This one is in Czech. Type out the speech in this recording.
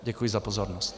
Děkuji za pozornost.